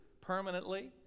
permanently